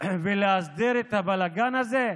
ולהסדיר את הבלגן הזה?